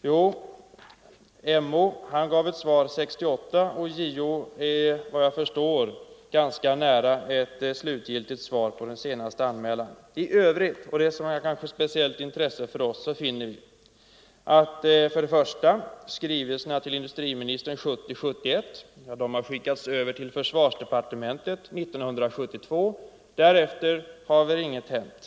Jo, MO gav ett svar 1968 och JO är vad jag förstår ganska nära ett slutgiltigt svar. I övrigt — och det är kanske av speciellt intresse för oss - finner Nr 125 vi att skrivelserna till industriministern 1970-1971 skickades över till Onsdagen den försvarsdepartementet 1972. Därefter har ingenting hänt.